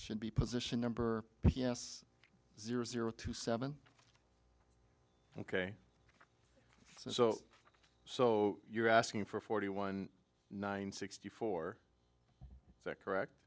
should be position number yes zero zero two seven ok so so you're asking for forty one nine sixty four that's correct